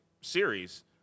series